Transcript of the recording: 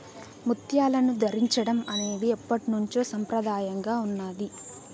ముత్యాలను ధరించడం అనేది ఎప్పట్నుంచో సంప్రదాయంగా ఉన్నాది